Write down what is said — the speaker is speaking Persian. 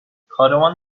کاروان